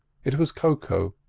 it was koko.